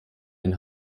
den